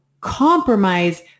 compromise